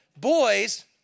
boys